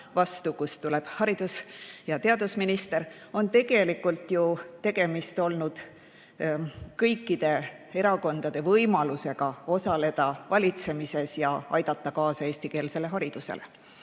kust tuleb haridus- ja teadusminister, on tegelikult ju tegemist olnud kõikide erakondade võimalusega osaleda valitsemises ja aidata kaasa eestikeelsele haridusele.